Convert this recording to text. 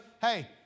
Hey